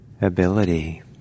ability